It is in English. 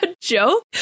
joke